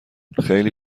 خیلی